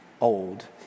old